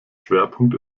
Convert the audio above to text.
schwerpunkt